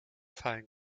fallen